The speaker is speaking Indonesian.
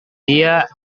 dia